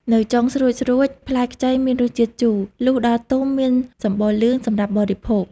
នៅចុងស្រួចៗផ្លែខ្ចីមានរសជាតិជូរ លុះដល់ទុំមានសម្បុរលឿង សម្រាប់បរិភោគ ។